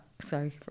Sorry